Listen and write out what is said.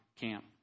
camp